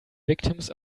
victims